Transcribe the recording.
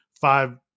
five